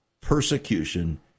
persecution